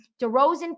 DeRozan